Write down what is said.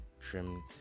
trimmed